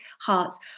hearts